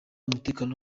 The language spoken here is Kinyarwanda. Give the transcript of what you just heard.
umutekano